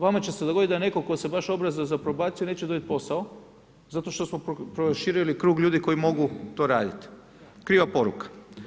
Vama će se dogodit da netko tko se baš obrazuje za probaciju, neće dobit posao zato što smo prošili krug ljudi koji mogu to raditi, kriva poruka.